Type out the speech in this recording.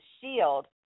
shield